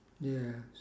yes